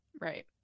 Right